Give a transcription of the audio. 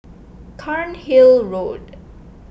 Cairnhill Road